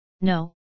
No